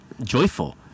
joyful